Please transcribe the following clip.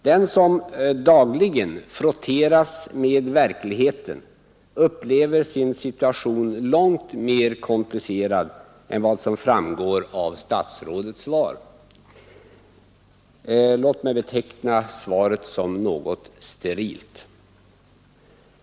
Den som dagligen frotteras med verkligheten upplever sin situation som långt mer komplicerad än vad som framgår av statsrådets svar. Låt mig beteckna svaret som något sterilt.